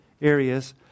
Areas